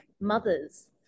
mothers